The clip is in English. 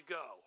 go